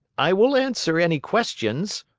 i will answer any questions,